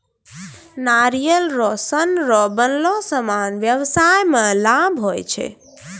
नारियल रो सन रो बनलो समान व्याबसाय मे लाभ हुवै छै